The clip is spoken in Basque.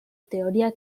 teoria